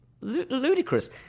ludicrous